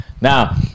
Now